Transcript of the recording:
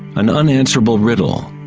an unanswerable riddle.